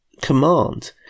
command